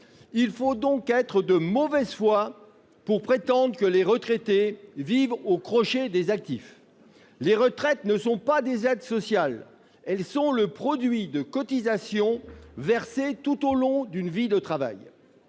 Il faut donc être de mauvaise foi pour prétendre que les retraités vivent aux crochets des actifs. Les retraites ne sont pas des aides sociales ; elles sont le produit de cotisations versées tout au long d'une vie de travail.